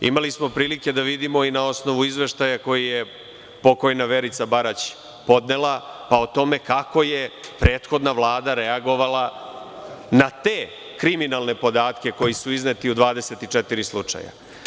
Imali smo prilike da vidimo i na osnovu izveštaja koji je pokojna Verica Barać podnela, pa o tome kako je prethodna Vlada reagovala na te kriminalne podatke koji su izneti u 24 slučaja.